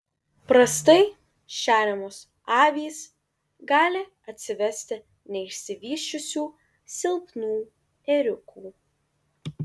prastai šeriamos avys gali atsivesti neišsivysčiusių silpnų ėriukų